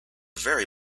very